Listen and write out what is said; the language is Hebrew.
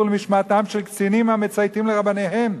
למשמעתם של קצינים המצייתים לרבניהם".